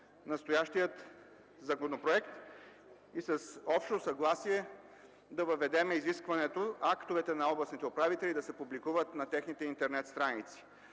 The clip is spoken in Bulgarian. настоящия законопроект и с общо съгласие да въведем изискването актовете на областните управители да се публикуват на техните интернет страници.